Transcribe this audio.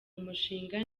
umushinga